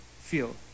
feel